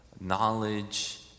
knowledge